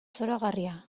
zoragarria